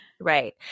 Right